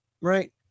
right